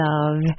Love